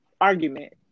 argument